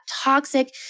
toxic